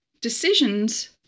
Decisions